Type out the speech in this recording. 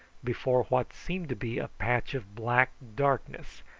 before what seemed to be a patch of black darkness,